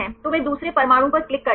तो वे दूसरे परमाणु पर क्लिक करते हैं